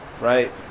right